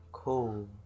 Cool